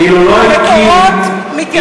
אילו לא הקים, המקורות מתייחסים לאלוהים.